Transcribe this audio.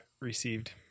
received